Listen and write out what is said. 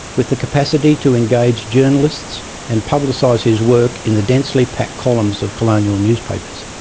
with the capacity to engage journalists and publicise his work in the densely packed columns of colonial newspapers.